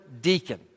deacon